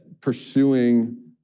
pursuing